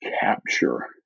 capture